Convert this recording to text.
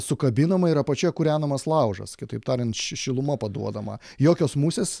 sukabinama ir apačioj kūrenamas laužas kitaip tariant ši šiluma paduodama jokios musės